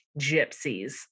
Gypsies